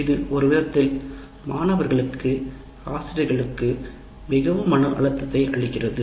இது ஒருவிதத்தில் மாணவர்களுக்கு மிகவும் மன அழுத்தத்தை அளிக்கிறது